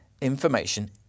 information